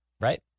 Right